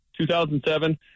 2007